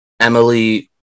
Emily